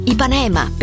Ipanema